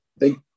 Thank